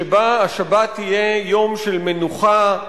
שבו השבת תהיה יום של מנוחה,